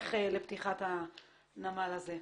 להיערך לפתיחת הנמל הזה.